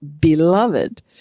beloved